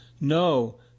No